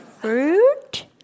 Fruit